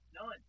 None